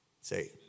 Say